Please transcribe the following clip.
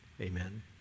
amen